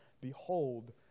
Behold